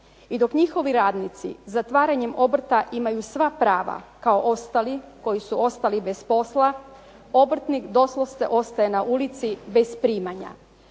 I dok njihovi radnici zatvaranjem obrta imaju sva prava kao ostali koji su ostali bez posla, obrtnik doslovce ostaje na ulici bez primanja.